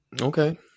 Okay